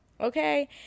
Okay